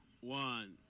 one